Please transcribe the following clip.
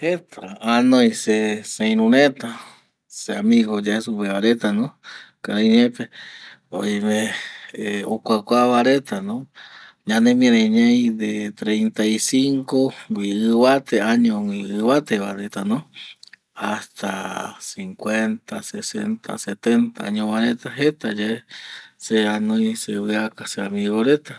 Jeta se anoi se seiru reta se amigo yae supeva reta karaeñe pe, oime okuakua va reta ñanemiari ñai de entre treinta y cinco güi ivate año güi ivate va reta no, hasta cincuenta, sesenta, setenta año va reta jeta yae se anoi se aviaca se amigo reta.